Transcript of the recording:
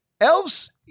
elves